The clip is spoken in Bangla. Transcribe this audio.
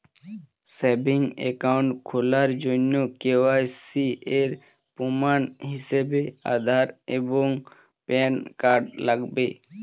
সেভিংস একাউন্ট খোলার জন্য কে.ওয়াই.সি এর প্রমাণ হিসেবে আধার এবং প্যান কার্ড লাগবে